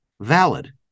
valid